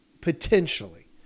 potentially